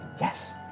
yes